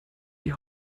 die